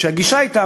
כשהגישה הייתה,